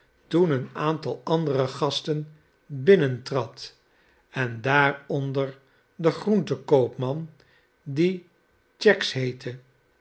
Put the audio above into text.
toen een aantal andere gasten binnentrad en daaronder de groentenkoopman die cheggs heette